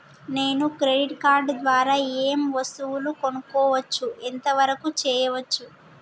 నేను credit card ద్వారా ఏం వస్తువులు కొనుక్కోవచ్చు ఎంత వరకు చేయవచ్చు?